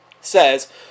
says